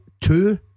Two